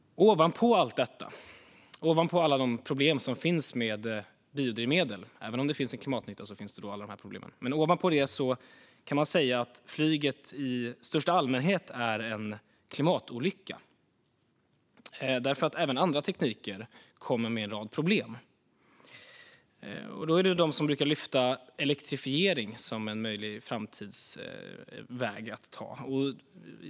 Ovanpå allt detta och med alla de problem som finns med biodrivmedel - även om det finns en klimatnytta finns alla dessa problem - kan man säga att flyget i största allmänhet är en klimatolycka därför att även andra tekniker kommer med en rad problem. En del brukar lyfta fram elektrifiering som en möjlig framtidsväg att ta.